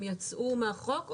הם יצאו מהחוק?